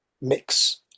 mix